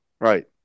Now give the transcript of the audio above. Right